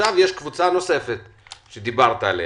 יש את הקובץ שקיבלת מצה"ל.